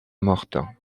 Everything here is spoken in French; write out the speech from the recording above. morte